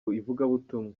ivugabutumwa